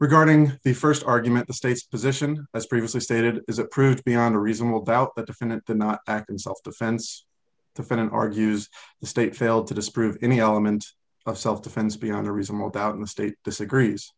regarding the st argument the state's position as previously stated is it proved beyond a reasonable doubt the defendant the not act in self defense the finan argues the state failed to disprove any element of self defense beyond a reasonable doubt in the state disagrees